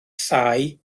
thai